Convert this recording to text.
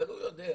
אבל הוא יודע,